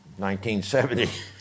1970